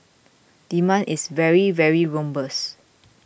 demand is very very robust